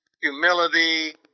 humility